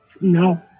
No